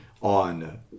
on